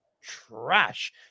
Trash